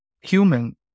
human